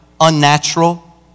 unnatural